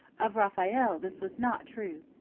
of raphael this was not true.